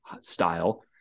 style